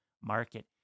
market